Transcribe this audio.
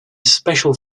special